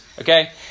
Okay